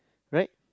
right